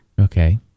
Okay